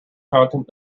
content